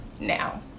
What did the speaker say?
now